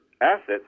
assets